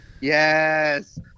Yes